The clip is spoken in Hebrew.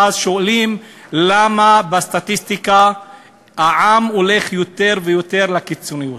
ואז שואלים למה בסטטיסטיקה העם הולך יותר ויותר לקיצוניות.